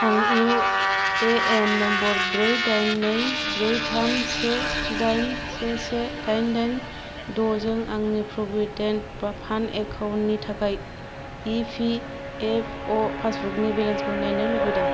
आं इउ ए एन नम्बर ब्रै दाइन नै ब्रै थाम से दाइन से से दाइन दाइन द'जों आंनि प्रविदेन्ट फान्द एकाउन्टनि थाखाय इ पि एफ अ' पासबुकनि बेलेन्सखौ नायनो लुबैदों